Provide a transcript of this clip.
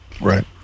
Right